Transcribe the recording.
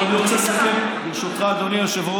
טוב, אני רוצה לסכם, ברשותך, אדוני היושב-ראש,